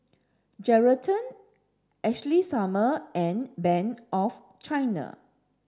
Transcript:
Geraldton Ashley Summer and Bank of China